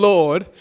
Lord